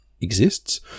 exists